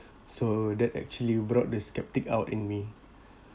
so that actually brought the sceptic out in me